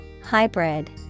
Hybrid